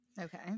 Okay